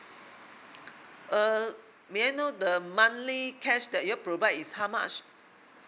uh may I know the monthly cash that you all provide is how much